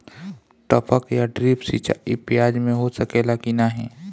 टपक या ड्रिप सिंचाई प्याज में हो सकेला की नाही?